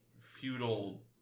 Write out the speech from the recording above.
feudal